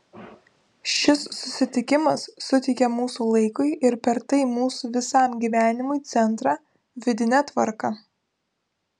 šis susitikimas suteikia mūsų laikui ir per tai mūsų visam gyvenimui centrą vidinę tvarką